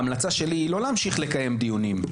ההמלצה שלי היא לא להמשיך לקיים דיונים.